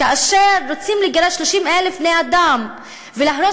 כאשר רוצים לגרש 30,000 בני-אדם ולהרוס